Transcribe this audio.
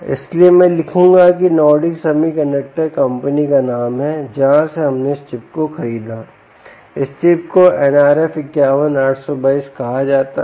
इसलिए मैं लिखूंगा कि नॉर्डिक सेमीकंडक्टर कंपनी का नाम है जहां से हमने इस चिप को खरीदा इस चिप को NRF 51822 कहा जाता है